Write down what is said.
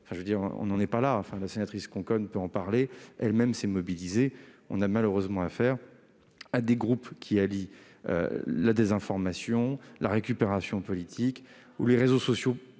vers », nous n'en sommes pas là ... La sénatrice Conconne peut en parler, elle qui s'est mobilisée. On a malheureusement affaire à des groupes qui allient désinformation et récupération politique. Les réseaux sociaux,